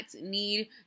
need